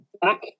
back